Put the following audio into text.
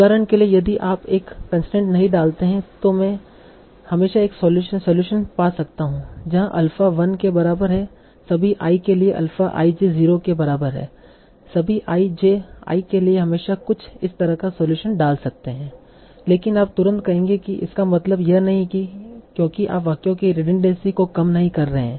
उदाहरण के लिए यदि आप एक कंसट्रेंट नहीं डालते हैं तो मैं हमेशा एक सलूशन पा सकता हूं जहां अल्फ़ा 1 के बराबर है सभी i के लिए अल्फा i j 0 के बराबर है सभी i j i के लिए हमेशा कुछ इस तरह का सलूशन डाल सकते है लेकिन आप तुरंत कहेंगे की इसका मतलब यह नहीं है क्योंकि आप वाक्यों के रिडंडेंसी को कम नहीं कर रहे हैं